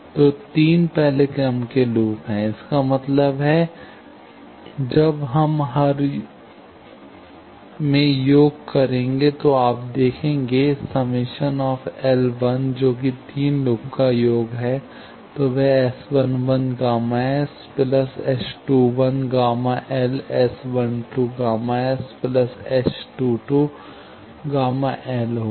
तो 3 पहले क्रम के लूप हैं इसका मतलब है जब हम हर में योग करेंगे तो आप देखेंगे ∑ L जो कि 3 लूप का योग होगा तो वह S 11 Γs S21 Γ L S12 Γs S22 Γ L होगा